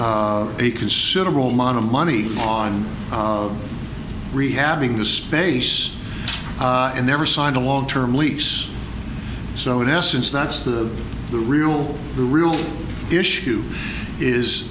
a considerable amount of money on rehabbing the space and never signed a long term lease so in essence that's the the real the real issue is